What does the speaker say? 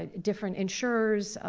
ah different insurers,